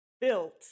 built